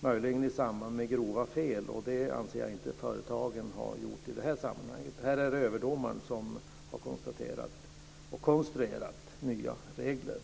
Möjligen kan det vara det i samband med grova fel, och det anser jag inte att företagen har gjort i det här sammanhanget. Här är det överdomaren som har konstaterat det hela och konstruerat nya regler.